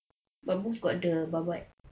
but both got the babat